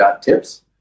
Tips